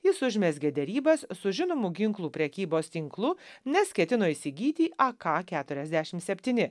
jis užmezgė derybas su žinomu ginklų prekybos tinklu nes ketino įsigyti aka keturiasdešim septyni